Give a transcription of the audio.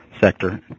sector